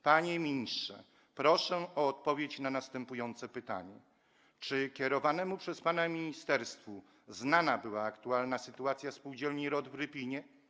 Panie ministrze, proszę o odpowiedź na następujące pytanie: Czy kierowanemu przez pana ministerstwu znana była aktualna sytuacja spółdzielni ROTR w Rypinie?